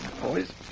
Boys